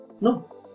No